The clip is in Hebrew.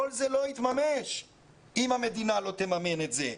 כל זה לא יתממש אם המדינה לא תממן את זה.